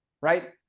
Right